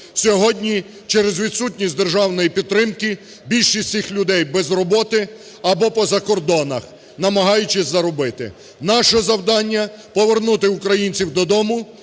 Сьогодні, через відсутність державної підтримки більшість цих людей без роботи або по закордонах, намагаючись заробити. Наше завдання повернути українців додому,